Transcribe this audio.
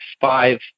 five